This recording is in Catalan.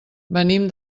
venim